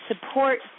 support